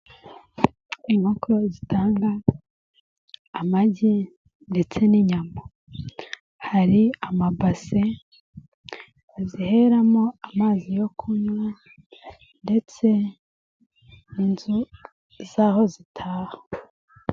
Inkoko zitanga amagi ndetse n'inyama, hari amabase baziheramo amazi yo kunywa ndetse inzu zaho zitaha.